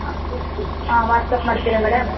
ಹಾಂ ಹಾಂ ವಾಟ್ಸ್ಆ್ಯಪ್ ಮಾಡ್ತೀರಾ ಮೇಡಮ್